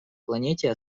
планете